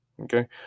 Okay